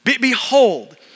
Behold